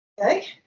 Okay